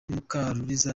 mukaruliza